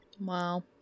Wow